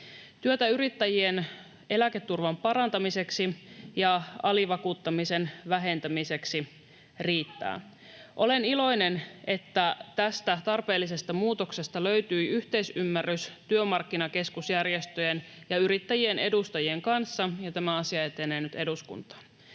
Työtä yrittäjien eläketurvan parantamiseksi ja alivakuuttamisen vähentämiseksi riittää. Olen iloinen, että tästä tarpeellisesta muutoksesta löytyi yhteisymmärrys työmarkkinakeskusjärjestöjen ja yrittäjien edustajien kanssa ja tämä asia etenee nyt eduskuntaan.